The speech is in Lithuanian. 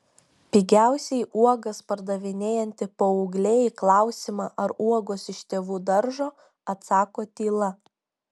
pigiausiai uogas pardavinėjanti paauglė į klausimą ar uogos iš tėvų daržo atsako tyla